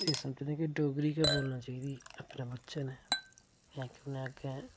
एह् समझने कि डोगरी गै बोलना चाहिदी अपने बच्चे नै जां अग्गें